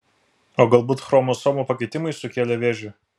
o galbūt chromosomų pakitimai sukėlė vėžį